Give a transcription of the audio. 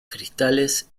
cristales